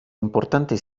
importante